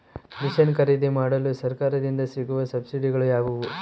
Mission ಖರೇದಿಮಾಡಲು ಸರಕಾರದಿಂದ ಸಿಗುವ ಸಬ್ಸಿಡಿಗಳು ಯಾವುವು?